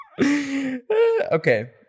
okay